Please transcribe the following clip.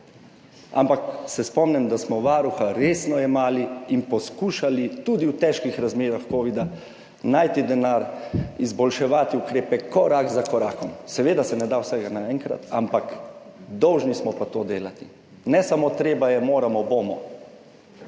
ampak se spomnim, da smo Varuha resno jemali in poskušali tudi v težkih razmerah covida najti denar, izboljševati ukrepe, korak za korakom. Seveda se ne da vsega naenkrat, ampak dolžni smo pa to delati, ne samo [govoriti], treba je, moramo, bomo.